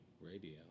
Radio